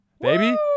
baby